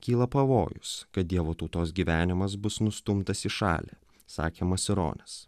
kyla pavojus kad dievo tautos gyvenimas bus nustumtas į šalį sakė masironis